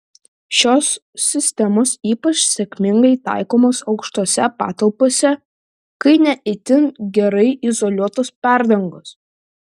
šios sistemos ypač sėkmingai taikomos aukštose patalpose kai ne itin gerai izoliuotos perdangos